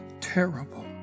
terrible